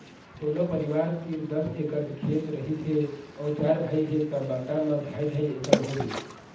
कोनो परिवार तीर दस एकड़ खेत रहिस हे अउ चार भाई हे त बांटा म ढ़ाई ढ़ाई एकड़ होगे